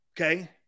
Okay